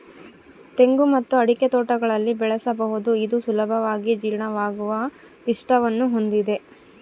ತೆಂಗು ಮತ್ತು ಅಡಿಕೆ ತೋಟಗಳಲ್ಲಿ ಬೆಳೆಸಬಹುದು ಇದು ಸುಲಭವಾಗಿ ಜೀರ್ಣವಾಗುವ ಪಿಷ್ಟವನ್ನು ಹೊಂದಿದೆ